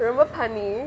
remember பண்ணி:panni